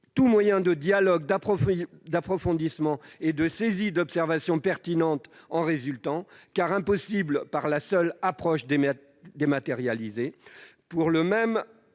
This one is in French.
tout moyen de dialogue, d'approfondissement et de saisie d'observations pertinentes en résultant, car impossible par la seule approche dématérialisée